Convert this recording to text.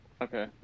Okay